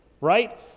right